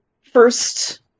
first